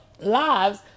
lives